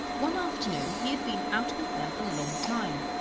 one afternoon he had been out with them a long time,